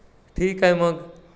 ठीक आहे मग